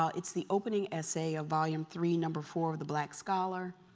so it's the opening essay of volume three, number four of the black scholar,